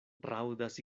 raudas